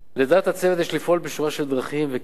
לדעת הצוות יש לפעול בשורה של דרכים וכלים